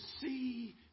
see